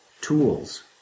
tools